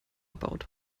baut